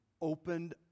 Opened